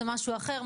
זה משהו אחר,